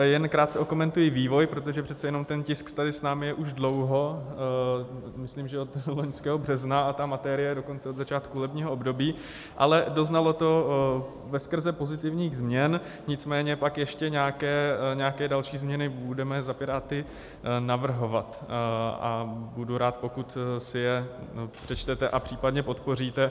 Jen krátce okomentuji vývoj, protože přece jenom ten tisk tady s námi je už dlouho, myslím, že od loňského března, a ta materie dokonce od začátku volebního období, ale doznalo to veskrze pozitivních změn, nicméně pak ještě nějaké další změny budeme za Piráty navrhovat a budu rád, pokud si je přečtete a případně je podpoříte.